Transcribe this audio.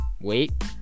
Wait